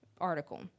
article